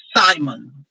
Simon